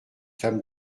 femme